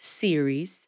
series